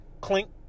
Clink